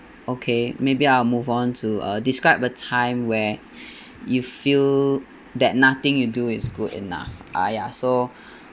okay maybe I'll move on to uh describe a time when you feel that nothing you do is good enough ah ya so